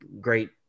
great